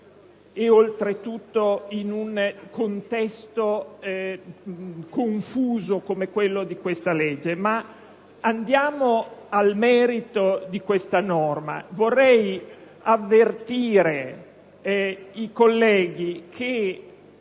e oltretutto in un contesto confuso come quello di questa legge. Andando però al merito di questa norma, vorrei avvertire i colleghi che